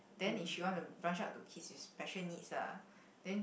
then if she want to brush up to kids with special needs lah then